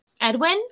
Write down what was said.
edwin